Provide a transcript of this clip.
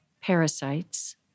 parasites